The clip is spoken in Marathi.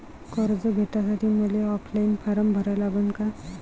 कर्ज भेटासाठी मले ऑफलाईन फारम भरा लागन का?